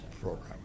program